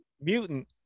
mutant